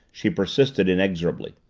she persisted inexorably.